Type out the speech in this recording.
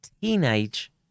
teenage